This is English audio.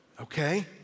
Okay